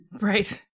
right